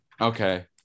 Okay